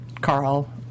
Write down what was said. Carl